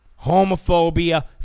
homophobia